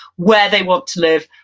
where they want to live,